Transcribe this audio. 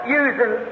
using